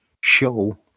show